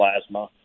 plasma